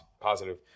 positive